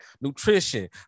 Nutrition